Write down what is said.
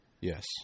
Yes